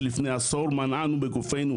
שלפני עשור מנענו בגופנו,